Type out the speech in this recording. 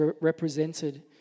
represented